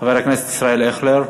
חבר הכנסת ישראל אייכלר.